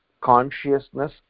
consciousness